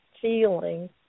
feeling